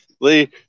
Lee